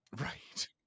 right